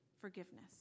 forgiveness